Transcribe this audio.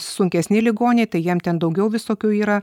sunkesni ligoniai tai jiem ten daugiau visokių yra